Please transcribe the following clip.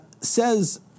says